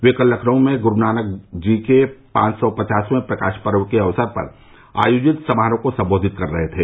वे कल लखनऊ में गुरूनानक जी के पाँच सौ पचासवें प्रकाश पर्व के अवसर पर आयोजित समारोह को सम्बोधित कर रहे थे